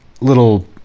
little